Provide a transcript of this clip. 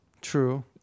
True